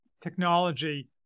technology